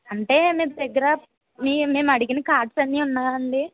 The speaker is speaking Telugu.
అంటే మీ దగ్గర మే మేము అడిగిన కార్డ్స్ అన్నీ ఉన్నాయా అండీ